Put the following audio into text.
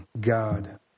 God